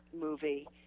movie